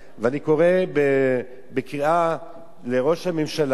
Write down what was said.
ואני יוצא בקריאה לראש הממשלה: